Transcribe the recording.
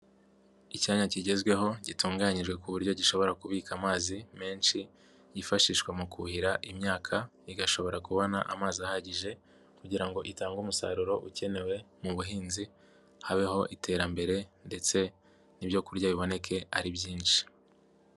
Icyanya kigezweho gitunganyijwe ku buryo gishobora kubika amazi menshi, yifashishwa mu kuhira imyaka igashobora kubona amazi ahagije kugira ngo itange umusaruro ukenewe mu buhinzi, habeho iterambere ndetse n'ibyo kurya biboneke ari byinshi.